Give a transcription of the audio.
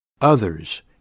others